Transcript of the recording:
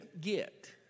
get